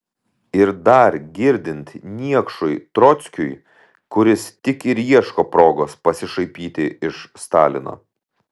ir dar girdint niekšui trockiui kuris tik ir ieško progos pasišaipyti iš stalino